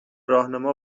راهنما